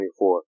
24